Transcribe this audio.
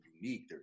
unique